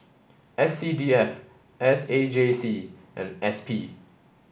S C D F S A J C and S P